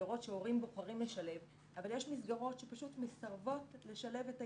מסגרות שהורים בוחרים לשלב אבל יש מסגרות שפשוט מסרבות לשלב את הילדים,